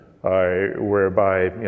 whereby